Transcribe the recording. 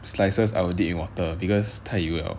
slices I will deep in water because 太油了